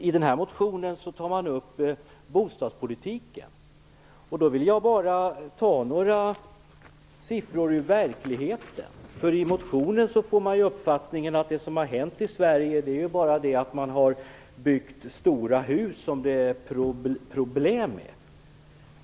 I den här motionen tar man upp bostadspolitiken. Jag vill då bara redovisa några siffror ur verkligheten. I motionen får man uppfattningen att det som har hänt i Sverige bara är det att det har byggts stora hus som det är problem med.